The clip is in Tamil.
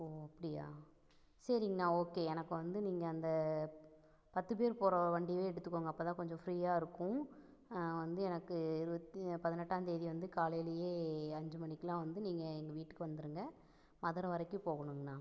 ஓ அப்படியா சரிங்கண்ணா ஓகே எனக்கு வந்து நீங்கள் அந்த பத்து பேர் போகிற வண்டியவே எடுத்துக்கோங்க அப்போ தான் கொஞ்சம் ஃப்ரீயாக இருக்கும் வந்து எனக்கு இருபத்து பதினெட்டாம் தேதி வந்து காலையிலேயே அஞ்சு மணிக்கெலாம் வந்து நீங்கள் எங்க வீட்டுக்கு வந்துருங்க மதுரை வரைக்கும் போகணுங்கண்ணா